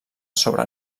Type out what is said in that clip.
sobre